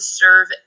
serve